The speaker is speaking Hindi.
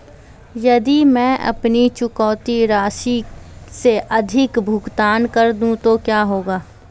यदि मैं अपनी चुकौती राशि से अधिक भुगतान कर दूं तो क्या होगा?